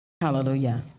Hallelujah